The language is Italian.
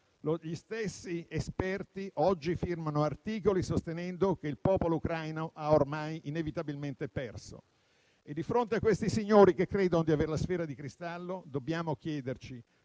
gli stessi esperti che oggi firmano articoli sostenendo che il popolo ucraino ha ormai inevitabilmente perso. Di fronte a questi signori che credono di avere la sfera di cristallo, dobbiamo chiederci: